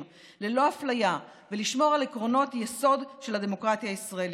ללא אפליה ולשמור על עקרונות יסוד של הדמוקרטיה הישראלית.